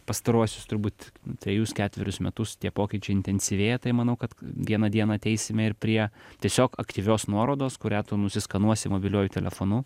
pastaruosius turbūt trejus ketverius metus tie pokyčiai intensyvėja tai manau kad vieną dieną ateisime ir prie tiesiog aktyvios nuorodos kurią tu nusiskanuosi mobiliuoju telefonu